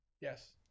Yes